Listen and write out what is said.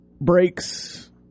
breaks